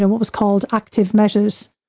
and what was called active measures.